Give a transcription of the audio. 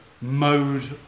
mode